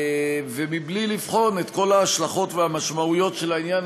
ובלי לבחון את כל ההשלכות והמשמעויות של העניין